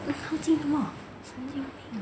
这样靠近做什么神经病